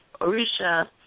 Orisha